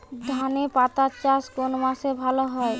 ধনেপাতার চাষ কোন মাসে ভালো হয়?